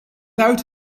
out